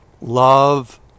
love